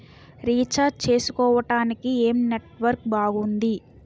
Recharge చేసుకోవటానికి ఏం network బాగుంది?